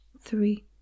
three